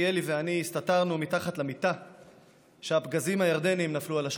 אחי אלי ואני הסתתרנו מתחת למיטה כשהפגזים הירדניים נפלו על השכונה.